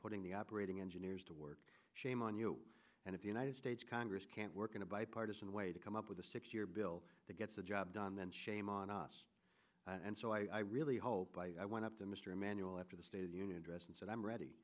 putting the operating engineers to work shame on you and if the united states congress can't work in a bipartisan way to come up with a six year bill that gets the job done then shame on us and so i really hope i went up to mr emanuel after the state of the union address and said i'm